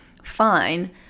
fine